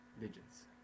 digits